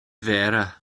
mhéara